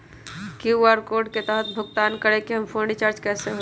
QR code के तहद भुगतान करके हम फोन रिचार्ज कैसे होई?